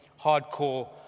hardcore